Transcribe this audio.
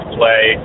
play